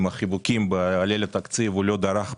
עם החיבוקים בליל התקציב, הוא לא דרך בוועדה.